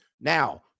Now